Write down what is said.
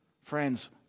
Friends